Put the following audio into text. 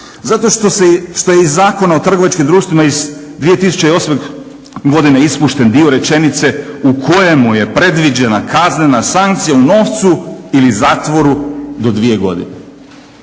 Zato što je iz Zakona o trgovačkim društvima iz 2008. godine ispušten dio rečenice u kojemu je predviđena kaznena sankcija u novcu ili zatvoru do dvije godine.